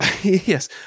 Yes